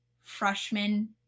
freshman –